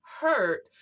hurt